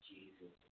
Jesus